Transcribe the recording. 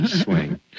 swing